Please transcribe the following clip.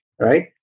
right